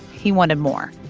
he wanted more.